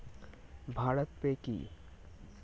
Bharat pay কি?